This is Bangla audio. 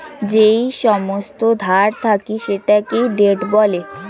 যেই সমস্ত ধার থাকে সেটাকে ডেট বলে